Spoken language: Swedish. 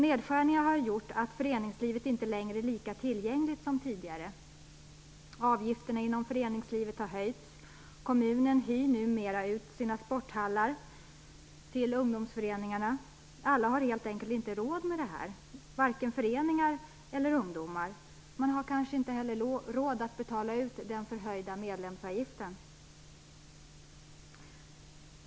Nedskärningarna har gjort att föreningslivet inte längre är lika tillgängligt som tidigare. Avgifterna har höjts. Kommunerna hyr numera ut sina sporthallar till ungdomsföreningarna. Alla har helt enkelt inte råd med detta - varken föreningarna eller ungdomarna, som kanske inte har råd att betala den förhöjda medlemsavgiften.